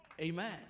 Amen